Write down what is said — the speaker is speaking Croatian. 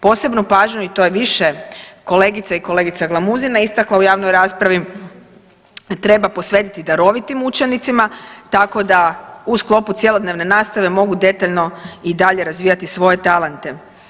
Posebnu pažnju i to je više kolegica i kolegica Glamuzina istakla u javnoj raspravi treba posvetiti darovitim učenicima, tako da u sklopu cjelodnevne nastave mogu detaljno i dalje razvijati svoje talente.